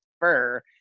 fur